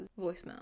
voicemail